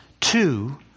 two